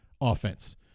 offense